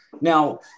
now